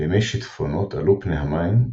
בימי שיטפונות עלו פני המים,